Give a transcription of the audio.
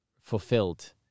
fulfilled